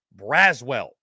Braswell